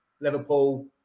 Liverpool